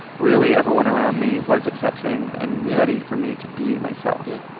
really, everyone around me was accepting and ready for me to be myself yeah.